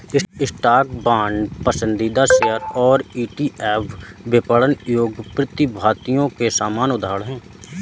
stock, bond, पसंदीदा share और ETF विपणन योग्य प्रतिभूतियों के सामान्य उदाहरण हैं